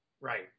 Right